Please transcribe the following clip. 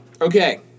okay